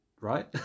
right